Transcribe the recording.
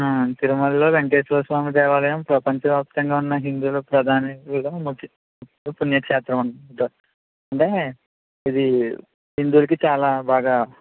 తిరుమలలో వేంకటేశ్వర స్వామి దేవాలయం ప్రపంచవ్యాప్తంగా ఉన్న హిందువులకి ప్రధానమైన పుణ్యక్షేత్రం అన్నమాట అంటే ఇది హిందువులకు చాలా బాగా